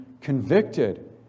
convicted